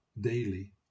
daily